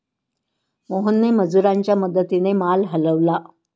मोहनने मजुरांच्या मदतीने माल हलवला